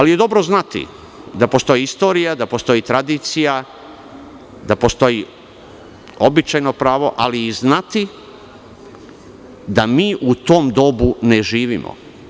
Dobro je znati da postoji istorija i postoji tradicija, da postoji običajno pravo, ali i znati da mi u tom dobu ne živimo.